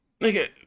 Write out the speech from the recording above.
nigga